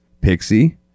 Pixie